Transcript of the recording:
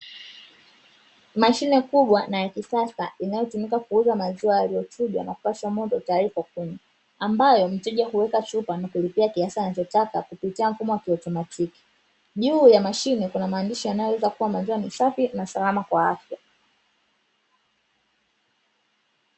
Mashine kubwa na ya kisasa inayotumika kuuza maziwa yaliyochujwa na kupashwa moto tayari kwa kunywa, ambayo mteja huweka chupa na kulipia kiasi anachotaka kupitia mfumo wa kiotamatiki. Juu ya mashine kuna maandishi yanayoeleza kuwa maziwa ni safi na salama kwa afya.